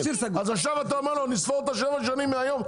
אז עכשיו אתה אומר לו שנספור את השבע שנים מהיום,